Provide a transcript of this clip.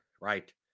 right